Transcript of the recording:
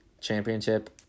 championship